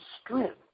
strength